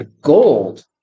Gold